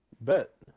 Bet